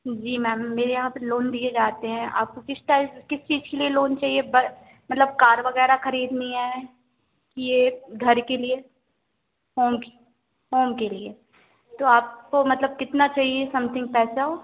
जी ma'am मेरे यहाँ पर लोन दिए जाते है आपको किस टाइप किस चीज के लिए लोन चाहिए ब मतलब कार वगैरह खरीदनी है ये घर के लिए होम के होम के लिए तो आपको मतलब कितना चाहिये समथिंग पैसा